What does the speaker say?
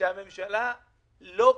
שלא קבועים,